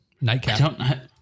Nightcap